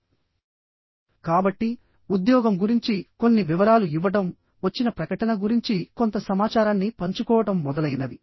కాబట్టి ఉద్యోగం గురించి కొన్ని వివరాలు ఇవ్వడం వచ్చిన ప్రకటన గురించి కొంత సమాచారాన్ని పంచుకోవడం మొదలైనవి